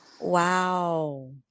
Wow